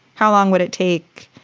how long would it take?